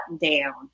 down